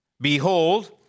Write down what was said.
Behold